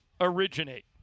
originate